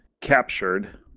captured